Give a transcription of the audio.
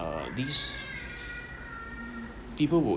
uh these people would